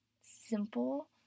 simple